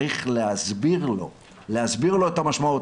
צריך להסביר לו את המשמעות.